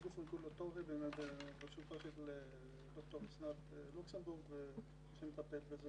יש גוף רגולטורי בראשותה של ד"ר אסנת לוקסנבורג שמטפלת בזה